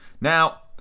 Now